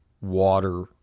water